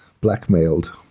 blackmailed